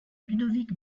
ludovic